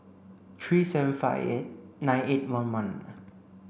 three seven five eight nine eight one one